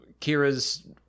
Kira's